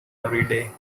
everyday